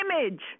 image